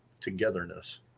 togetherness